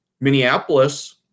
Minneapolis